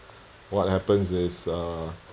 what happens is err